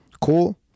Cool